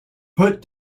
put